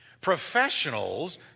professionals